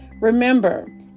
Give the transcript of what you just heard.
Remember